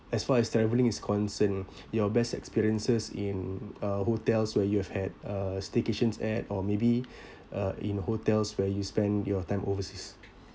as far as traveling is concern your best experiences in uh hotels where you've had uh staycations at or maybe uh in hotels where you spend your time overseas